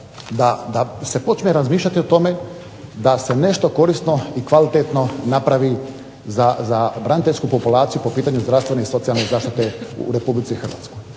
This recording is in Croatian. da se počne razmišljati o tome da se nešto korisno i kvalitetno napravi za braniteljsku populaciju po pitanju zdravstvene i socijalne zaštite u Republici Hrvatskoj.